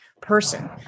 person